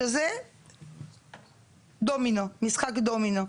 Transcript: שזה משחק דומינו,